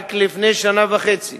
רק לפני שנה וחצי